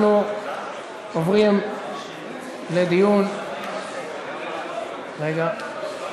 אנחנו עוברים לדיון, רגע.